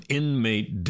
inmate